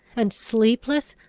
and sleepless,